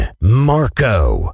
Marco